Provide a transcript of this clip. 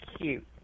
cute